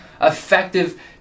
effective